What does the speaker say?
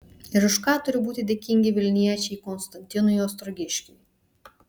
ir už ką turi būti dėkingi vilniečiai konstantinui ostrogiškiui